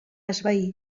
esvair